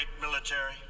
military